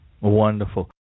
Wonderful